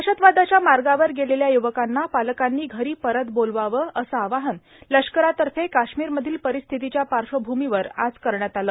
दहशतवादाच्या मार्गावर गेलेल्या यवकांना पालकांनी घरी परत बोलवावं असं आवाहन लष्करातर्फे काश्मीरमधील परिस्थितीच्या पाश्र्वभूमीवर आज करण्यात आलं